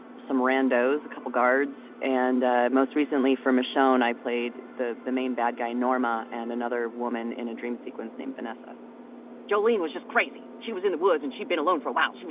some randos, a couple guards, and ah most recently for michonne, i played the the main bad guy, norma, and another woman in a dream sequence named vanessa jolene was just crazy. she was in the woods, and she'd been alone for a while.